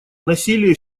насилие